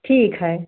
ठीक है